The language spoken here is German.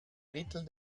drittel